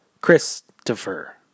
Christopher